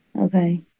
Okay